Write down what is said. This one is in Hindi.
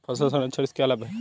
फल संरक्षण से क्या लाभ है?